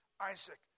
Isaac